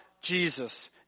Jesus